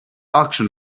auction